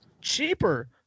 cheaper